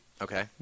okay